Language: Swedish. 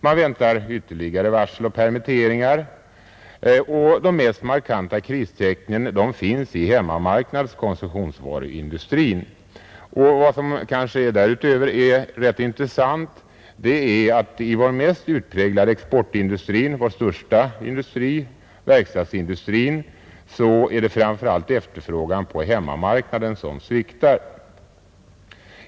Man väntar ytterligare varsel och permitteringar, och de mest markanta kristecknen finns hos hemmamarknadsoch konsumtionsvaruindustrin, Vad som därutöver kanske är rätt intressant är att i vår mest utpräglade exportindustri, vår största industri, nämligen verkstadsindustrin, är det framför allt efterfrågan på hemmamarknaden som sviktar.